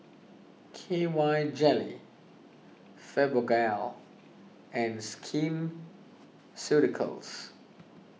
K Y Jelly Fibogel and Skin Ceuticals